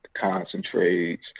concentrates